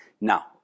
Now